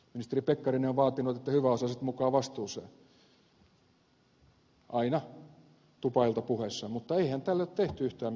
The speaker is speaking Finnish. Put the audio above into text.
ministeri pekkarinen on vaatinut että hyväosaiset mukaan vastuuseen aina tupailtapuheissaan mutta eihän tälle ole tehty yhtään mitään